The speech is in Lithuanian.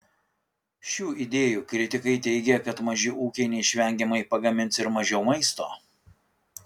šių idėjų kritikai teigia kad maži ūkiai neišvengiamai pagamins ir mažiau maisto